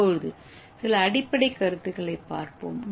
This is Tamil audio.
இப்போது சில அடிப்படைக் கருத்துகளைப் பார்ப்போம்